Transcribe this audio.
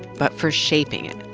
but for shaping it.